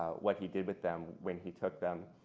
what he did with them when he took them.